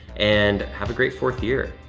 and have a great fourth year.